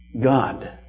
God